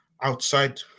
outside